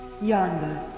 Yonder